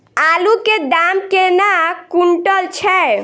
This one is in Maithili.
आलु केँ दाम केना कुनटल छैय?